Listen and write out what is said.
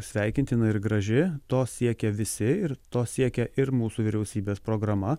sveikintina ir graži to siekia visi ir to siekia ir mūsų vyriausybės programa